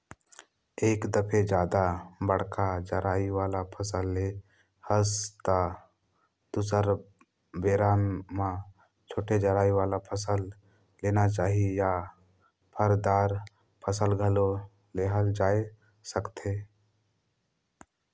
एक दफे जादा बड़का जरई वाला फसल ले हस त दुसर बेरा म छोटे जरई वाला फसल लेना चाही या फर, दार फसल घलो लेहल जाए सकथे